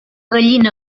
gallina